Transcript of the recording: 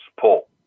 pull